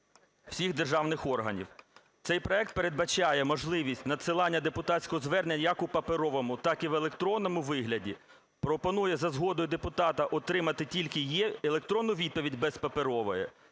всіх державних органів. Цей проект передбачає можливість надсилання депутатського звернення як у паперовому, так і в електронному вигляді, пропонує за згодою депутата отримати тільки електронну відповідь, без паперової,